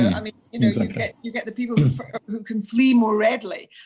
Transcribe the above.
and i mean you know like like you get the people who can flee more readily,